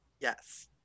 Yes